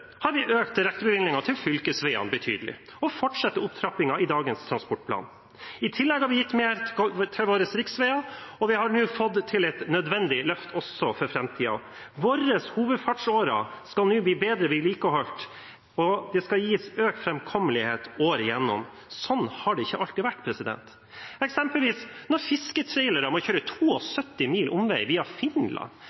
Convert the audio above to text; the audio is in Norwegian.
har vi økt direktebevilgningene til fylkesveiene betydelig og fortsetter opptrappingen i dagens transportplan. I tillegg har vi gitt mer til våre riksveier, og vi har nå fått til et nødvendig løft også for framtiden. Våre hovedfartsårer skal bli bedre vedlikeholdt, og det skal gis økt framkommelighet året gjennom. Sånn har det ikke alltid vært, eksempelvis når fisketrailere må kjøre